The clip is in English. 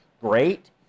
great